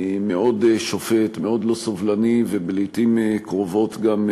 מאוד שופט, מאוד לא סובלני, ולעתים קרובות גם,